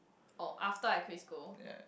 oh after I quit school